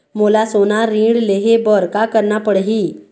मोला सोना ऋण लहे बर का करना पड़ही?